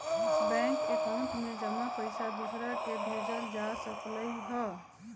bank account में जमा पईसा दूसरा के भेजल जा सकलई ह